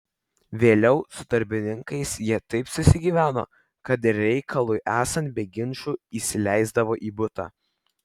vėliau su darbininkais jie taip susigyveno kad reikalui esant be ginčų įsileisdavo į butą